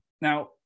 Now